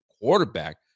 quarterback